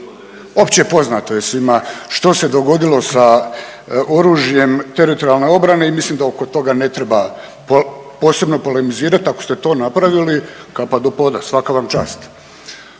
Opće poznato je svima što se dogodilo sa oružjem teritorijalne obrane i mislim da oko toga ne treba posebno polemizirati. Ako ste to napravili kapa do poda, svaka vam čast.